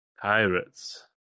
Pirates